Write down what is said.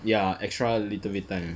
ya extra little bit time